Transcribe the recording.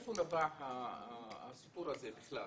מאיפה נבע הסיפור הזה בכלל?